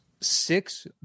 Six